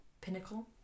pinnacle